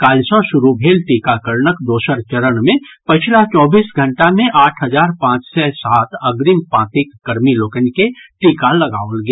काल्हि सँ शुरू भेल टीकाकरणक दोसर चरण मे पछिला चौबीस घंटा मे आठ हजार पांच सय सात अग्रिम पांतिक कर्मी लोकनि के टीका लगाओल गेल